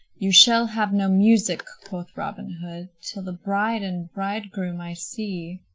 you shall have no music, quoth robin hood, till the bride and bridegroom i see.